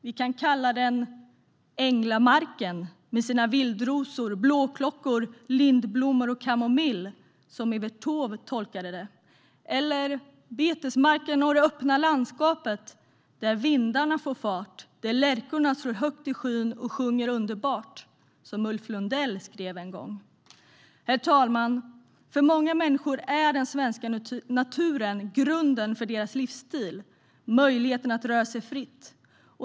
Vi kan tala om änglamarken, med sina vildrosor, blåklockor, lindblommor och kamomill, som Evert Taube tolkade det. Vi har också betesmarkerna och det öppna landskapet "där vindarna får fart. Där lärkorna slår högt i skyn, och sjunger underbart", som Ulf Lundell skrev en gång. Herr talman! För många människor är den svenska naturen grunden för deras livsstil - möjligheten att röra sig fritt.